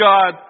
God